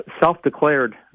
self-declared